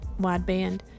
wideband